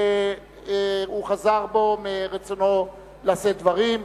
הוא חזר בו מרצונו לשאת דברים,